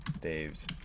Dave's